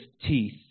teeth